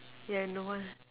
yeah no one